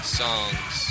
songs